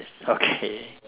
okay